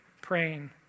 praying